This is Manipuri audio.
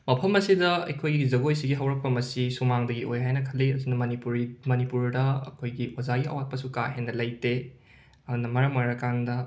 ꯃꯐꯝ ꯑꯁꯤꯗ ꯑꯩꯈꯣꯏꯒꯤ ꯖꯒꯣꯏꯁꯤꯒꯤ ꯍꯧꯔꯛꯐꯝ ꯑꯁꯤ ꯁꯨꯃꯥꯡꯗꯒꯤ ꯑꯣꯏ ꯍꯥꯏꯅ ꯈꯜꯂꯤ ꯑꯗꯨꯅ ꯃꯅꯤꯄꯨꯔꯤ ꯃꯅꯤꯄꯨꯔꯗ ꯑꯩꯈꯣꯏꯒꯤ ꯑꯣꯖꯥꯒꯤ ꯑꯋꯥꯠꯄꯁꯨ ꯀꯥ ꯍꯦꯟꯅ ꯂꯩꯇꯦ ꯑꯗꯨꯅ ꯃꯔꯝ ꯑꯣꯏꯔꯀꯥꯟꯗ